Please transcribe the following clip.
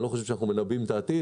אני לא חושב שאנחנו מנבאים את העתיד,